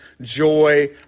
joy